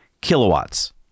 kilowatts